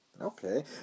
Okay